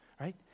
right